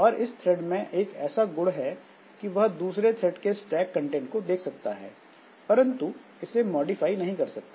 और इस थ्रेड में ऐसा एक गुण है कि यह दूसरे थ्रेड के स्टैक कंटेंट को देख सकता है परंतु इसे मॉडिफाई नहीं कर सकता